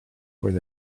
where